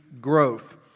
growth